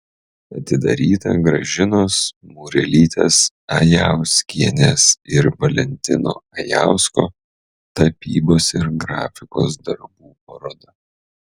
atidaryta gražinos murelytės ajauskienės ir valentino ajausko tapybos ir grafikos darbų paroda